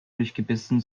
durchgebissen